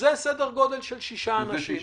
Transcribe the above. זה סדר גודל של 6 אנשים.